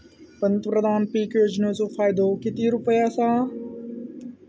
पंतप्रधान पीक योजनेचो फायदो किती रुपये आसा?